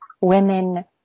women